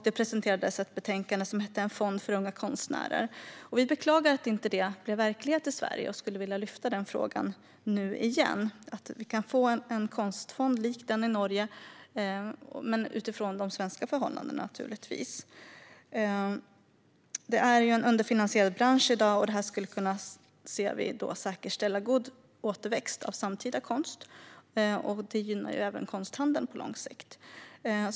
Det presenterades ett betänkande som hette En fond för unga konstnärer . Vi beklagar att det inte blev verklighet i Sverige. Vi skulle vilja lyfta fram den frågan nu igen, så att vi kan få en konstfond likt den i Norge men utifrån svenska förhållanden. Detta är i dag en underfinansierad bransch, och detta skulle kunna säkerställa god återväxt av samtida konst. Det gynnar även konsthandeln på lång sikt.